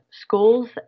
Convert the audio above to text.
schools